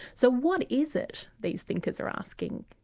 so what is it, these thinkers are asking.